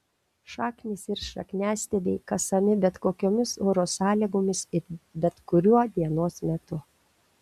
šaknys ir šakniastiebiai kasami bet kokiomis oro sąlygomis ir bet kuriuo dienos metu